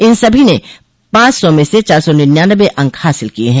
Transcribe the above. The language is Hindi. इन सभी ने पाँच सौ में से चार सौ निन्यानबे अंक हासिल किये है